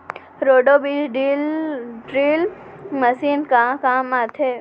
Roto बीज drill machine का काम आथे?